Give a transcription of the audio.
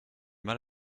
mal